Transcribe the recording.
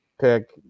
Pick